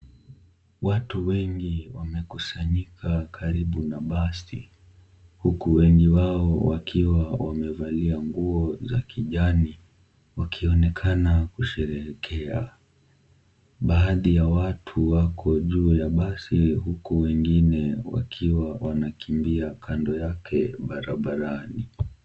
Watu wengi wamekusanyika karibu na basi huku wengi wao wakiwa wamevalia nguo za kijani wakionekana kusheherekea . Baadhi ya watu wako juu ya basi huku wengine wakiwa wamekimbia kando yake barabarani.